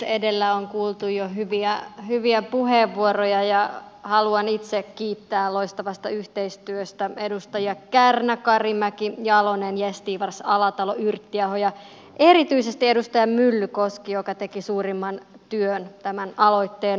edellä on kuultu jo hyviä puheenvuoroja ja haluan itse kiittää loistavasta yhteistyöstä edustajat kärnä karimäki jalonen gästgivars alatalo yrttiaho ja erityisesti edustaja myllykoski joka teki suurimman työn tämän aloitteen eteen